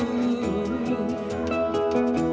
in the